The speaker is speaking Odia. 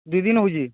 ଦୁଇ ଦିନ ହେଉଛି